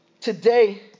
today